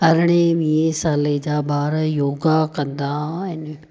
अरिड़हें वीहे साले जा ॿार योगा कंदा आहिनि